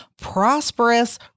prosperous